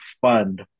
fund